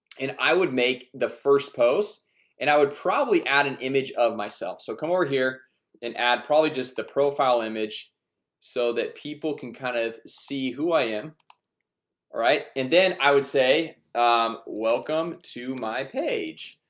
and i would make the first post and i would probably add an image of myself so come over here and add probably just the profile image so that people can kind of see who i am alright, and then i would say welcome to my page.